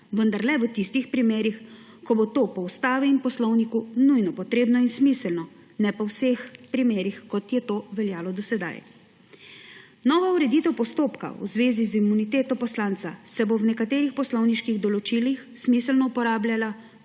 vendar le v tistih primerih, ko bo to po Ustavi in Poslovniku nujno potrebno in smiselno; ne pa v vseh primerih, kot je to veljalo do sedaj. Nova ureditev postopka v zvezi z imuniteto poslanca se bo v nekaterih poslovniških določilih smiselno uporabljala